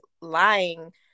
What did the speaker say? lying